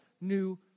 new